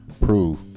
prove